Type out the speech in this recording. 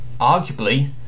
arguably